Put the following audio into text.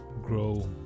grow